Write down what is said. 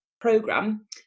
program